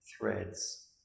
threads